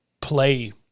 play